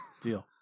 Deal